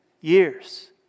years